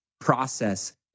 process